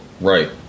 Right